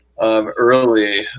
early